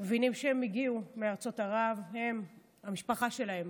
מבינים שהם הגיעו מארצות ערב, הם, המשפחה שלהם.